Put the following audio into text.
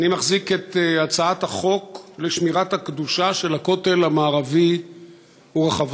אני מחזיק את הצעת חוק שמירת הקדושה של הכותל המערבי ורחבתו.